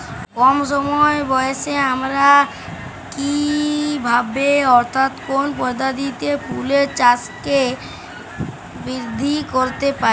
কম সময় ব্যায়ে আমরা কি ভাবে অর্থাৎ কোন পদ্ধতিতে ফুলের চাষকে বৃদ্ধি করতে পারি?